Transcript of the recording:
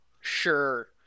Sure